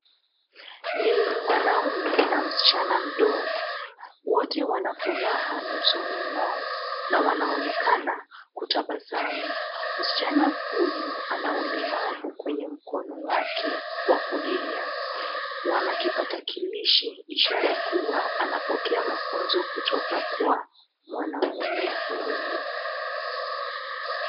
Ni mwanaume na msichana mdogo. Wote wana furaha nyusoni mwao na wanaonekana kutabasamu. Msichana huyu ana ulemavu kwenye mkono wake wa kulia. Wana kipakatalishi ishara kuwa anapokea mafunzo kutoka kwa mwanaume huyo.